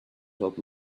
top